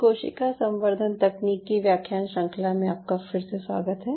कोशिका संवर्धन तकनीक की व्याख्यान श्रंखला में आपका फिर से स्वागत है